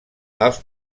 els